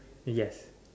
yes